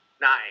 Nine